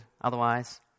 otherwise